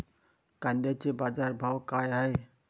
कांद्याचे बाजार भाव का हाये?